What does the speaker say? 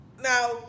now